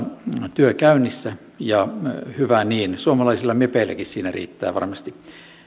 työ käynnissä ja hyvä niin suomalaisilla mepeilläkin siinä riittää varmasti